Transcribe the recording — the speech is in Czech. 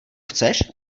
chceš